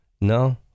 no